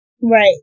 Right